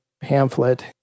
pamphlet